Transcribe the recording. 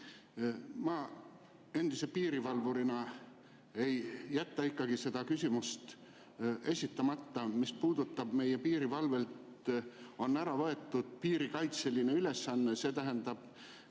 Ma endise piirivalvurina ei jäta ikkagi esitamata küsimust selle kohta, mis puudutab seda, et meie piirivalvelt on ära võetud piirikaitseline ülesanne, see tähendab,